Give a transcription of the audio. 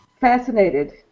fascinated